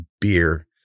beer